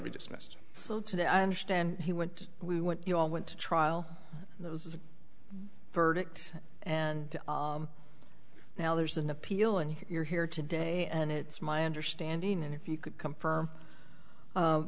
be dismissed so today i understand he went we went you all went to trial there was a verdict and now there's an appeal and you're here today and it's my understanding and if you could come firm